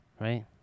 Right